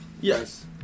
Yes